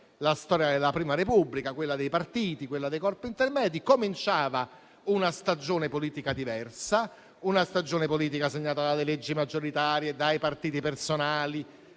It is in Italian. la storia della Prima Repubblica, quella dei partiti, quella dei corpi intermedi: cominciava una stagione politica diversa, segnata da leggi maggioritarie, dai partiti personali,